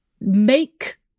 make